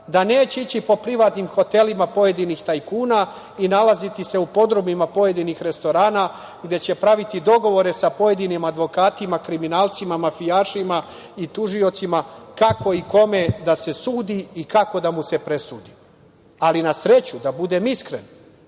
da neće ići po privatnim hotelima pojedinih tajkuna i nalaziti se u podrumima pojedinih restorana gde će praviti dogovore sa pojedinim advokatima, kriminalcima, mafijašima i tužiocima kako i kome da se sudi i kako da mu se presudi, ali na sreću, da budem iskren,